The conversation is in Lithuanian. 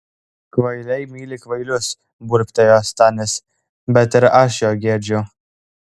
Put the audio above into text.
kvailiai myli kvailius burbtelėjo stanis bet ir aš jo gedžiu